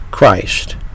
Christ